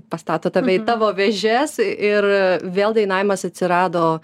pastato tave į tavo vėžes ir vėl dainavimas atsirado